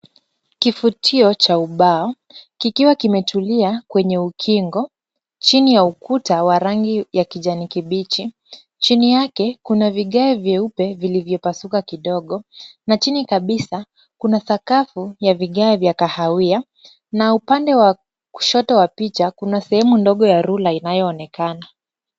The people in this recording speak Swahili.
Kifutio cha ubao, kikiwa kimetulia kwenye ukingo chini ya ukuta wa rangi ya kijani kibichi, chini yake kuna vigae vieupe vilivyopasuka kidogo na chini kabisa kuna sakafu ya vigae vya kahawia na upande wa kushoto wa picha kuna sehemu ndogo ya ruler inayoonekana.